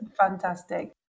fantastic